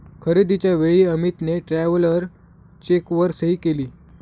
खरेदीच्या वेळी अमितने ट्रॅव्हलर चेकवर सही केली